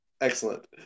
Excellent